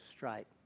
Strike